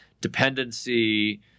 dependency